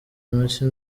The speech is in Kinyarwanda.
amashyi